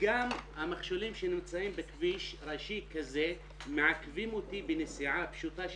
גם המכשולים שנמצאים בכביש ראשי כזה מעכבים אותי בנסיעה פשוטה.